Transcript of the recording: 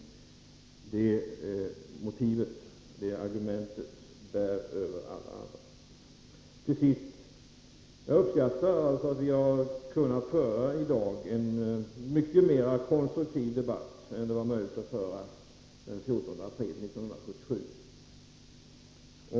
Det argumentet bär över alla andra. Jag uppskattar att vi i dag har kunnat föra en mycket mer konstruktiv debatt än det var möjligt att föra den 14 april 1977.